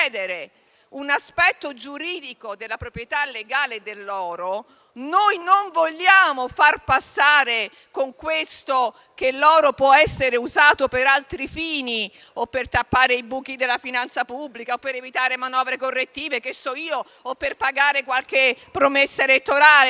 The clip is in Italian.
l'aspetto giuridico della proprietà legale dell'oro, noi non vogliamo far passare con questo il principio che l'oro può essere usato per altri fini (ad esempio, per tappare i buchi della finanza pubblica, per evitare manovre correttive o per pagare qualche promessa elettorale). Noi